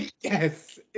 Yes